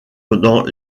dans